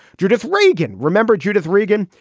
judith regan. remember judith regan?